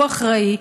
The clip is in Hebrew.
הוא אחראי,